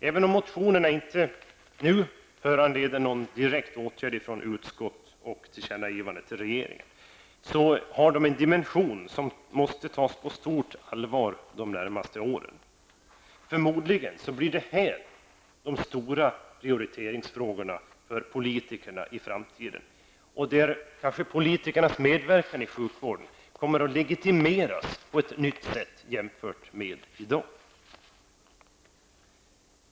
Även om motionerna inte nu föranleder någon direkt åtgärd från utskottet och något tillkännagivande till regeringen, har de en dimension som måste tas på stort allvar under de närmaste åren. Förmodligen blir dessa frågor de stora prioriteringsfrågorna för politikerna i framtiden, där politikernas medverkan i sjukvården kommer att legitimeras på ett nytt sätt jämfört med i dag.